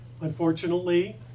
Unfortunately